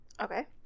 Okay